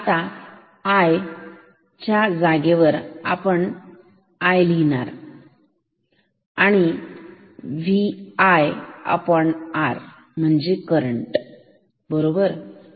आता i चा जागेवर i आपण लिहू शकतो Vir इथे i करंट आहे बरोबर